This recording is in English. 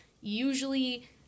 Usually